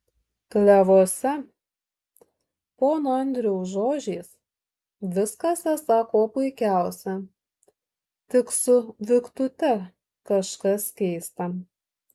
klevuose pono andriaus žodžiais viskas esą kuo puikiausia tik su viktute kažkas keista